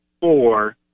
four